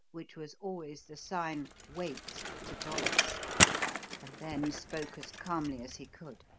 which was always the sign wait! to dollops and then spoke as calmly as he could.